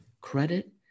credit